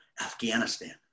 Afghanistan